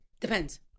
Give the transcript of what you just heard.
Depends